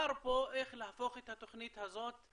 האתגר פה איך להפוך את התוכנית הזאת,